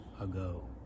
ago